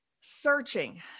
searching